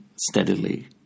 steadily